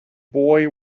boy